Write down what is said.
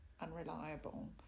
unreliable